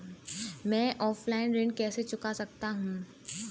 मैं ऑफलाइन ऋण कैसे चुका सकता हूँ?